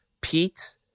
Pete